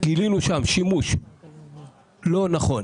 גילינו שם שימוש לא נכון